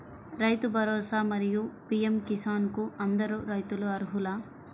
రైతు భరోసా, మరియు పీ.ఎం కిసాన్ కు అందరు రైతులు అర్హులా?